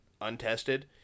untested